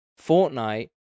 Fortnite